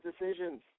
decisions